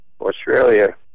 Australia